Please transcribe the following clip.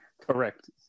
Correct